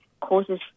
causes